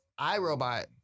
iRobot